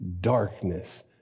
darkness